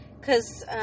cause